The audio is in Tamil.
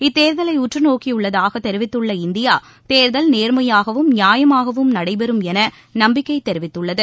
இத்தேர்தலை உற்று நோக்கியுள்ளதாக தெரிவித்துள்ள இந்தியா தேர்தல் நேர்மையாகவும் நியாயமாகவும் நடைபெறும் என நம்பிக்கை தெரிவித்துள்ளது